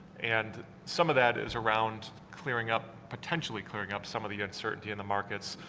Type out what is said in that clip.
and some of that is around clearing up potentially clearing up some of the uncertainty in the markets,